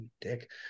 dick